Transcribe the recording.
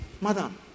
Madam